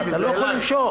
אתה לא יכול למשוך,